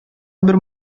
бер